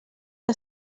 que